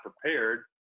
prepared